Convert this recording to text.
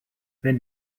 wenn